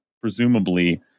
presumably